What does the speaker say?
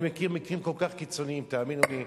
אני מכיר מקרים כל כך קיצוניים, תאמינו לי,